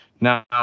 Now